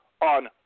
on